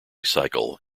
cycle